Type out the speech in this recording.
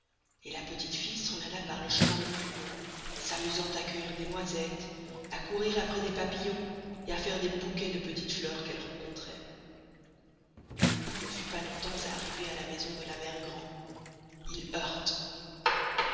et la petite fille s'en alla par le chemin le plus long s'amusant à cueillir des noisettes à courir aprés des papillons et à faire des bouquets des petites fleurs qu'elle rencontroit le loup ne fut pas long-temps à arriver à la maison de la mere grand il